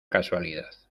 casualidad